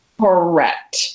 Correct